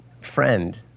friend